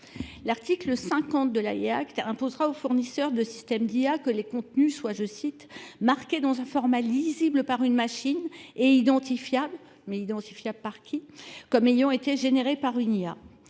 L'article 50 de la IA qui imposera aux fournisseurs de systèmes d'IA que les contenus soient, je cite, marqués dans un format lisible par une machine et identifiable, mais identifiable par qui, comme ayant été généré par une IA.